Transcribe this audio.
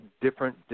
different